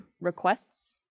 requests